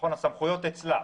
הסמכויות נשארות אצלה.